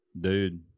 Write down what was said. Dude